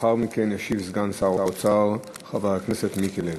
לאחר מכן ישיב סגן שר האוצר חבר הכנסת מיקי לוי.